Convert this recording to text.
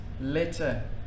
letter